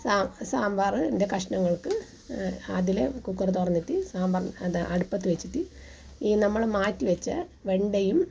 സ സാമ്പാറിൻ്റെ കഷ്ടങ്ങൾക്ക് അതിൽ കുക്കർ തുറന്നിട്ട് സാമ്പാറി അത് അടുപ്പത്ത് വെച്ചിട്ട് ഈ നമ്മൾ മാറ്റിവെച്ച വെണ്ടയും